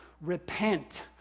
repent